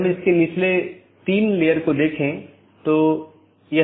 एक चीज जो हमने देखी है वह है BGP स्पीकर